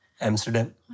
Amsterdam